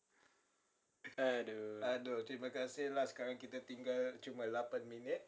!aduh!